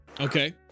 Okay